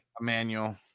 emmanuel